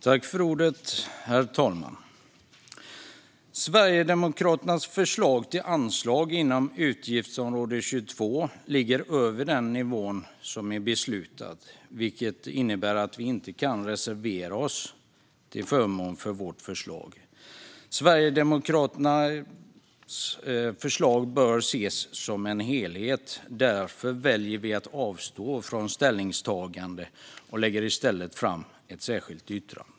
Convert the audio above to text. Herr talman! Sverigedemokraternas förslag till anslag inom utgiftsområde 22 ligger över den nivå som är beslutad, vilket innebär att vi inte kan reservera oss till förmån för vårt förslag. Sverigedemokraternas förslag bör ses som en helhet. Därför väljer vi att avstå från ställningstagande och lägger i stället fram ett särskilt yttrande.